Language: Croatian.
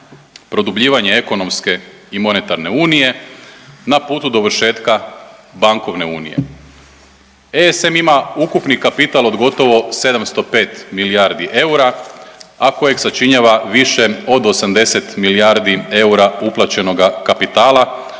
produbljivanje ekonomske i monetarne unije na putu dovršetka bankovne unije. ESM ima ukupni kapital od gotovo 705 milijardi eura, a kojeg sačinjava više od 80 milijardi eura uplaćenoga kapitala